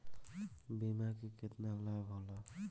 बीमा के केतना लाभ होला?